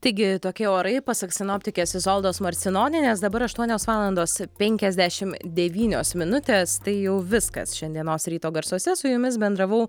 taigi tokie orai pasak sinoptikės izoldos marcinonienės dabar aštuonios valandos penkiasdešim devynios minutės tai jau viskas šiandienos ryto garsuose su jumis bendravau